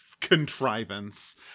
contrivance